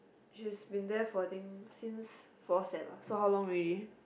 she has been there for I think since four Sep so how long already